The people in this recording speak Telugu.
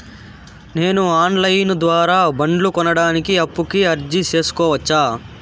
నేను ఆన్ లైను ద్వారా బండ్లు కొనడానికి అప్పుకి అర్జీ సేసుకోవచ్చా?